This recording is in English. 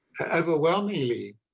overwhelmingly